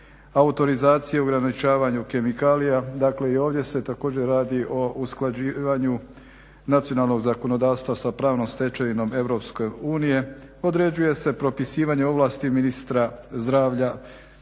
autorizaciji i ograničavanju kemikalija, dakle i ovdje se također radi o usklađivanju nacionalnog zakonodavstva sa pravnom stečevinom Europske unije, određuje se propisivanje ovlasti ministra zdravlja